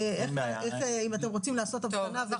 אם אתם רוצים לעשות הבחנה --- אין בעיה.